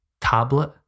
tablet